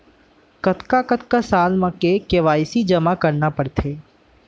कतका कतका साल म के के.वाई.सी जेमा करना पड़थे?